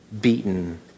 beaten